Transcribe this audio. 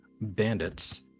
bandits